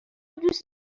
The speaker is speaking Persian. دوست